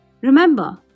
Remember